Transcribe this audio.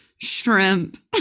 Shrimp